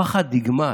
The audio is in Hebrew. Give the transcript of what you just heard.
הפחד נגמר,